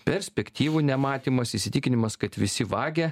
perspektyvų nematymas įsitikinimas kad visi vagia